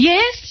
Yes